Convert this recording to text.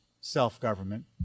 self-government